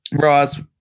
Ross